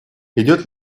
идет